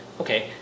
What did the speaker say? okay